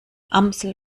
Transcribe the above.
amsel